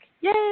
Yay